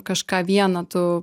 kažką vieną tu